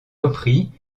repris